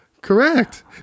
correct